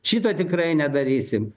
šito tikrai nedarysim